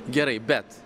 gerai bet